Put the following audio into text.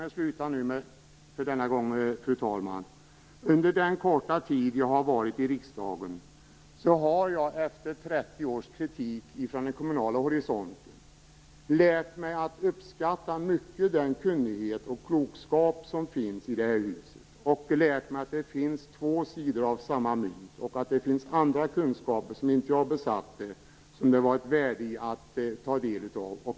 Jag har varit riksdagsledamot under en kort tid. Men efter 30 års kritik på den kommunala horisonten har jag lärt mig att mycket uppskatta den kunnighet och klokskap som finns i det här huset. Jag har lärt mig att det finns två sidor av samma mynt. Det finns kunskaper som jag inte besitter och som det ligger ett värde i att ta del av.